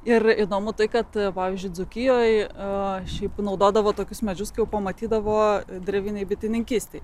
ir įdomu tai kad pavyzdžiui dzūkijoj šiaip naudodavo tokius medžius kai jau pamatydavo drevinei bitininkystei